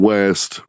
West